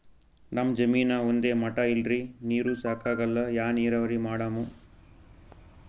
ನಮ್ ಜಮೀನ ಒಂದೇ ಮಟಾ ಇಲ್ರಿ, ನೀರೂ ಸಾಕಾಗಲ್ಲ, ಯಾ ನೀರಾವರಿ ಮಾಡಮು?